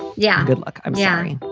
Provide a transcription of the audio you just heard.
yeah. good luck. i'm sorry.